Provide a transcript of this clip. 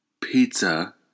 Pizza